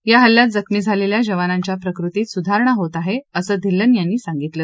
या हल्ल्यात जखमी झालेल्या जवानांच्या प्रकृतीत सुधारणा होत आहे असं धिल्लन यांनी सांगितलं